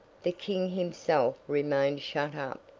the king himself remained shut up,